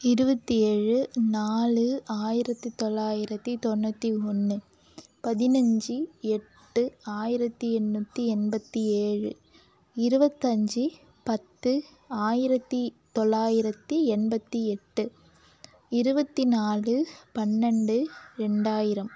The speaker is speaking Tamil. இருபத்தி ஏழு நாலு ஆயிரத்து தொள்ளாயிரத்து தொண்ணூற்றி ஒன்று பதினஞ்சு எட்டு ஆயிரத்து எண்ணூற்றி எண்பத்து ஏழு இருபத்தஞ்சி பத்து ஆயிரத்து தொள்ளாயிரத்து எண்பத்தி எட்டு இருபத்தி நாலு பன்னெண்டு ரெண்டாயிரம்